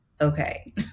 okay